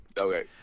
Okay